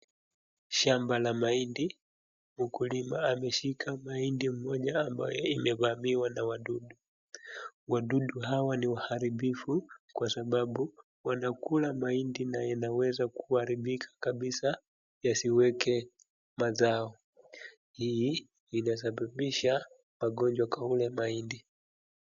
Shamba la mahindi , mkulima ameshika mahindi moja ambao imevamiwa na wadudu. Wadudu hawa ni waharibifu kwa sababu, wanakula mahindi na inaweza kuwa kuharibika kabisa yasiweke mazao. Hii inasababisha magonjwa kwa ule mahindi.